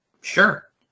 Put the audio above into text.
Sure